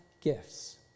gifts